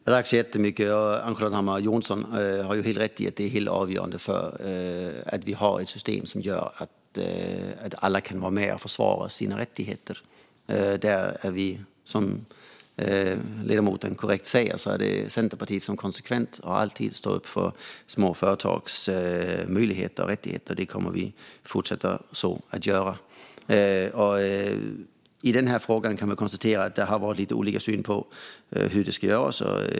Fru talman! Ann-Charlotte Hammar Johnsson har helt rätt i att det är helt avgörande att det finns ett system som gör att alla kan vara med och försvara sina rättigheter. Som ledamoten korrekt säger är det Centerpartiet som konsekvent och alltid står upp för småföretags möjligheter och rättigheter, och det kommer vi att fortsätta att göra. Vi kan konstatera att det i den här frågan har varit lite olika syn på hur saker ska göras.